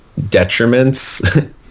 detriments